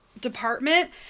department